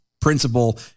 principle